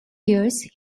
years